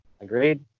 agreed